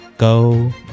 Go